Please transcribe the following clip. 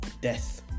death